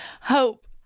hope